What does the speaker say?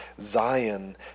Zion